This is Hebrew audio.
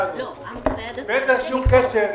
--- אין לזה שום קשר,